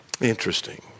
Interesting